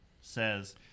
says